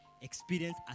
experience